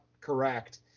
correct